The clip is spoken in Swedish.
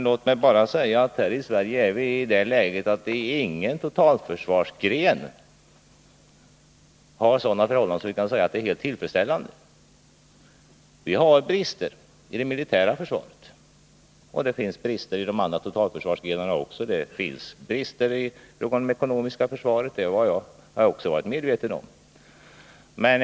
Låt mig bara säga att här i Sverige är vi i det läget att ingen totalförsvarsgren har sådana förhållanden att vi kan påstå att de är helt tillfredsställande. Det finns brister i det militära försvaret, och det finns brister i de andra totalförsvarsgrenarna. Det finns brister i fråga om det ekonomiska försvaret — det har jag också varit medveten om.